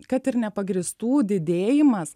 kad ir nepagrįstų didėjimas